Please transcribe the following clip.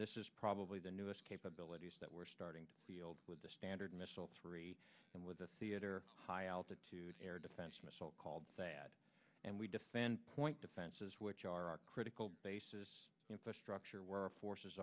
this is probably the newest capabilities that we're starting to field with the standard missile three and with the theater high altitude air defense missile called dad and we defend point defenses which are critical bases infrastructure where our forces